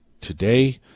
today